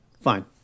Fine